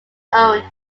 owned